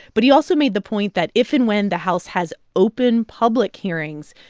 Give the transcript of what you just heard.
but he also made the point that if and when the house has open public hearings,